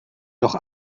doch